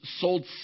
sold